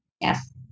yes